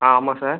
ஆ ஆமாம் சார்